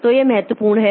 तो यह महत्वपूर्ण है